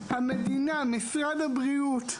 המדינה ומשרד הבריאות,